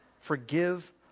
forgive